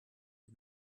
you